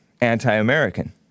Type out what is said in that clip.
anti-American